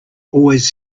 always